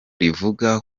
rivuga